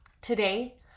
Today